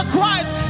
Christ